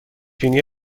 بینی